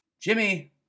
Jimmy